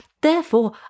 Therefore